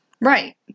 Right